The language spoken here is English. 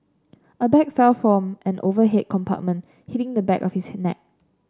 a bag fell from an overhead compartment hitting the back of his neck